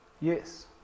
Yes